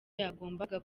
yagombaga